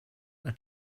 are